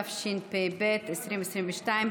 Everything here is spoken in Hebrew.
התשפ"ב 2022,